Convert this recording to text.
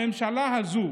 הממשלה הזו